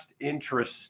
interest